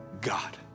God